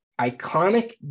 iconic